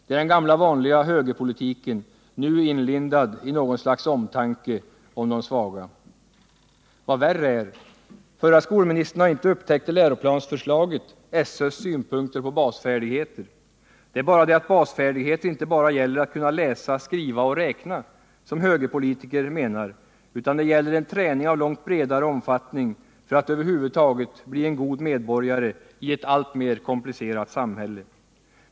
Det är den gamla vanliga högerpolitiken, nu inlindad i något slags omtanke om de svaga. Vad värre är: Förra skolministern har i läroplansförslaget inte upptäckt SÖ:s synpunkter på basfärdigheter. Det är bara det, att basfärdigheter inte enbart gäller att kunna läsa, skriva och räkna, som högerpolitiker menar, utan det gäller en träning av långt bredare omfattning för att över huvud taget bli en god medborgare i ett alltmer komplicerat samhälle.